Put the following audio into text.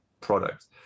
products